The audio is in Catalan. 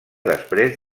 després